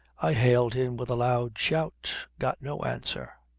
i hailed him with a loud shout. got no answer.